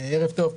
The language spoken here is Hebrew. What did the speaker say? ערב טוב.